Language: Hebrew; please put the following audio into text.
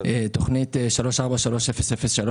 תוכנית 34-3003: